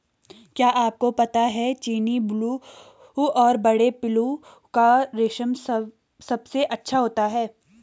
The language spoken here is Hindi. क्या आपको पता है चीनी, बूलू और बड़े पिल्लू का रेशम सबसे अच्छा होता है?